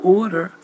order